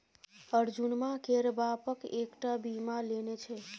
अर्जुनमा केर बाप कएक टा बीमा लेने छै